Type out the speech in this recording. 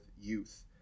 youth